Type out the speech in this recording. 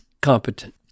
competent